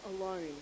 alone